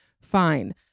fine